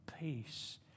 peace